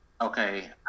Okay